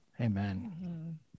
Amen